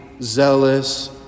zealous